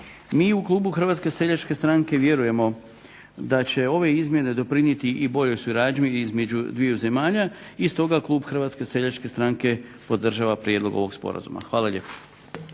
Mi u klubu Hrvatske seljačke stranke vjerujemo da će ove izmjene doprinijeti i boljoj suradnji između dviju zemalja, i stoga klub Hrvatske seljačke stranke podržava prijedlog ovog sporazuma. Hvala lijepa.